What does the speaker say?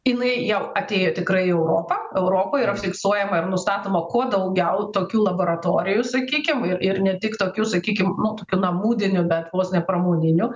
jinai jau atėjo tikrai į europą europoj yra fiksuojama ir nustatoma kuo daugiau tokių laboratorijų sakykim ir ne tik tokių sakykim nu tokių namudinių bet vos ne pramoninių